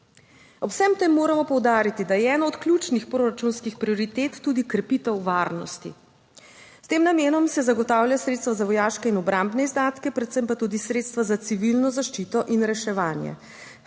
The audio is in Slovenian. Ob vsem tem moramo poudariti, da je ena od ključnih proračunskih prioritet tudi krepitev varnosti. S tem namenom se zagotavlja sredstva za vojaške in obrambne izdatke, predvsem pa tudi sredstva za civilno zaščito in reševanje.